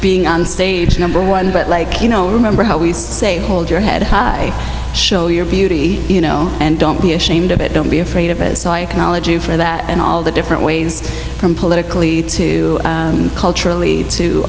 being on stage number one but like you know remember how we say hold your head high show your beauty you know and don't be ashamed of it don't be afraid of it so i knowledge you for that and all the different ways from politically to culturally to